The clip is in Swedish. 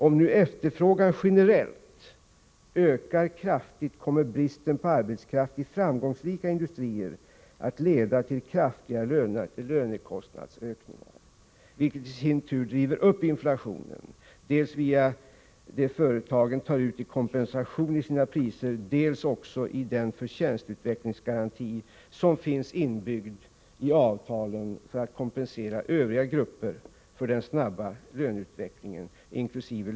Om nu efterfrågan generellt ökar kraftigt, kommer bristen på arbetskraft i framgångsrika industrier att leda till kraftiga lönekostnadsökningar, vilket i sin tur driver upp inflationen, dels via det företagen tar ut i kompensation i sina priser, dels också genom den förtjänstutvecklingsgaranti som finns inbyggd i avtalen för att kompensera övriga grupper för den snabba löneutveckling inkl.